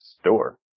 store